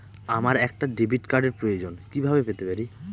আমার একটা ডেবিট কার্ডের প্রয়োজন কিভাবে পেতে পারি?